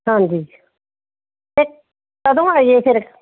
ਹਾਂਜੀ ਕਦੋਂ ਆਈਏ ਫਿਰ